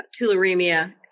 tularemia